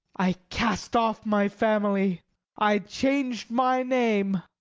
i cast off my family i changed my name.